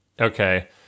Okay